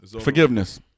Forgiveness